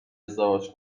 ازدواج